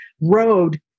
road